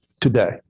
today